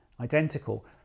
identical